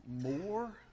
more